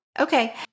Okay